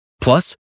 Plus